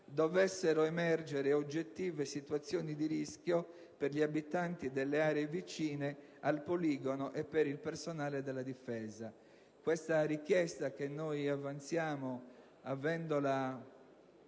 dovessero emergere oggettive situazioni di rischio per gli abitanti delle aree vicine al poligono e per il personale della Difesa. Questa richiesta, che avanziamo avendola